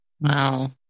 Wow